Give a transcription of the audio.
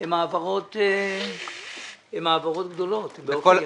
הן העברות גדולות באופן יחסי.